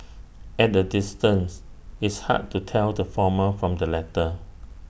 at A distance it's hard to tell the former from the latter